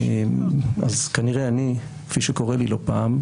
אז כנראה אני כפי שקורה לי לא פעם,